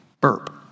burp